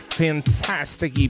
fantastic